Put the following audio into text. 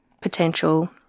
potential